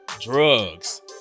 drugs